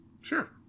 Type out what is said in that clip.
Sure